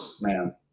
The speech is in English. Man